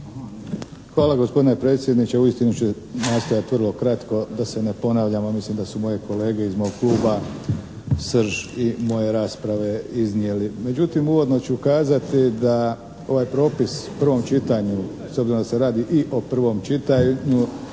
Hvala gospodine predsjedniče. Uistinu ću nastojati vrlo kratko da se ne ponavljamo, mislim da su moje kolege iz mog kluba srž i moje rasprave iznijeli. Međutim uvodno ću kazati da ovaj propis u prvom čitanju, s obzirom da se radi o prvom čitanju,